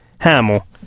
Hamill